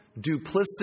duplicit